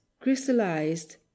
crystallized